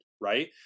right